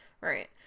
right